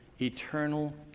eternal